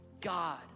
God